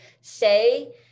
say